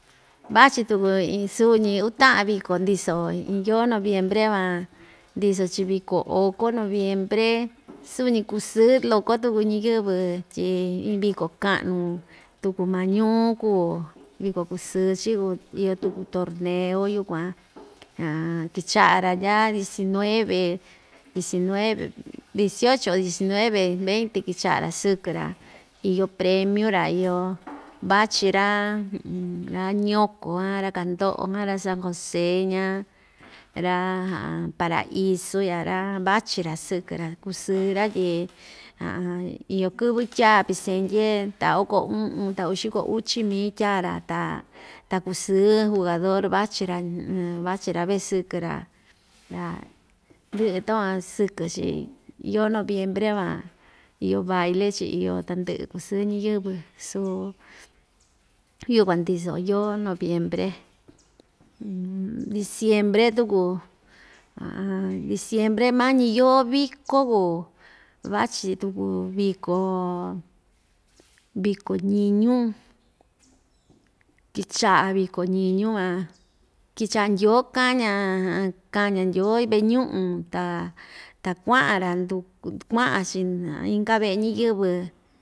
Vachi tuku iin suu‑ñi uu ta'an viko ndiso iin yoo noviembre van ndiso‑chi viko oko noviembre, suu‑ñi kusɨɨ loko tuku ñiyɨvɨ tyi iin viko ka'nu tuku maa ñuu kuu, viko kusɨɨ‑chi kuu iyo tuku torneo yukuan kicha'a‑ra ndya diecinueve diecinueve dieciocho o diecinueve veinte kicha'a‑ra sɨkɨ‑ra iyo premiu‑ra iyo vachi ra ra ñiyoko jan ra kahndo'o jan ra san jose ña ra paraiso ya ra vachi‑ra sɨkɨ‑ra kusɨɨ‑ra tyi iyo kɨvɨ tyaa pisendye ta oko u'un ta uxiko uchi mii tyaa‑ra ta ta kusɨɨ jugador vachi‑ra vachi‑ra vee sɨkɨ‑ra ta ndɨ'ɨ takuan sɨkɨ‑chi yoo noviembre van iyo baile‑chi iyo tandɨ'ɨ kusɨɨ ñiyɨvɨ suu yukuan ndiso yoo noviembre diciembre tuku diciembre mañi yoo viko kuu vachi tuku viko viko ñiñu kicha'a viko ñiñu van kicha'a ndyoo kaña kaña ndyoo ve'e ñu'un ta ta kua'an‑ra kua'an‑chi inka ve'e ñiyɨvɨ.